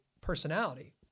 personality